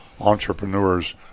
entrepreneurs